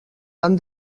van